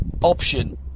option